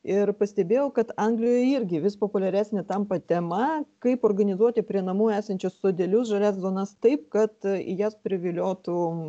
ir pastebėjau kad anglijoje irgi vis populiaresnė tampa tema kaip organizuoti prie namų esančius sodelius žalias zonas taip kad į jas priviliotų